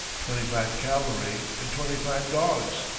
twenty-five cavalry, and twenty-five dogs.